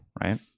right